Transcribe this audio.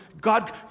God